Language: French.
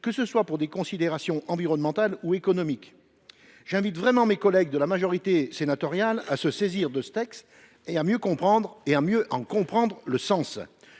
et ce pour des raisons tant environnementales qu’économiques. J’invite mes collègues de la majorité sénatoriale à se saisir de ce texte et à mieux en comprendre le sens.